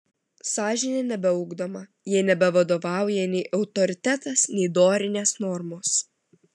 sąžinė nebeugdoma jai nebevadovauja nei autoritetas nei dorinės normos